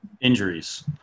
Injuries